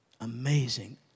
Amazing